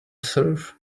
serve